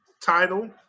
title